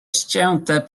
ścięte